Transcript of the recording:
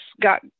got